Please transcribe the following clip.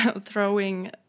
throwing